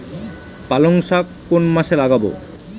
পালংশাক কোন মাসে লাগাব?